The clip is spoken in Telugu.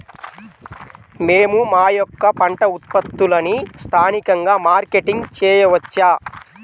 మేము మా యొక్క పంట ఉత్పత్తులని స్థానికంగా మార్కెటింగ్ చేయవచ్చా?